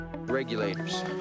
Regulators